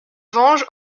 venge